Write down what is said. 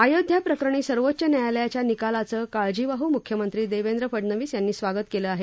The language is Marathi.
अयोध्या प्रकरणी सर्वोच्च न्यायालयाच्या निकालाचं काळजीवाहू मुख्यमंत्री देवेद्र फडणवीस यांनी स्वागत केलं आहे